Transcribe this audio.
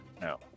No